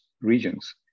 regions